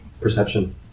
perception